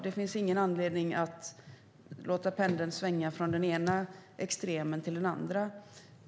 Det finns ingen anledning att låta pendeln svänga från den ena extremen till den andra.